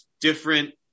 different